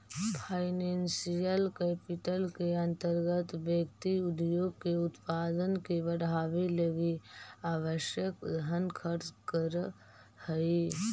financial capital के अंतर्गत व्यक्ति उद्योग के उत्पादन के बढ़ावे लगी आवश्यक धन खर्च करऽ हई